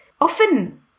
often